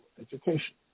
education